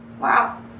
Wow